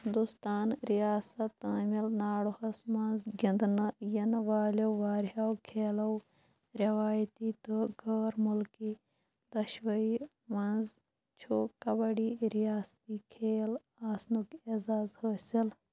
ہَِنٛدوستان ریاست تامِل ناڈوٗہس منٛز گِنٛدنہٕ ینہٕ والٮ۪و واریاہو کھیلو رٮ۪وایتی تہٕ غٲر مُلکی دۄشوٕیی منٛز چھُ کبڈی ریاستی کھیل آسنُک اعزاز حٲصِل